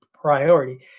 priority